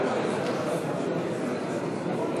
לא מכבר הלך לעולמו בשיבה טובה חבר הכנסת לשעבר אמנון לין,